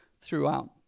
throughout